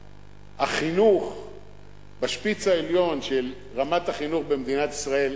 החינוך בשפיץ העליון של רמת החינוך במדינת ישראל,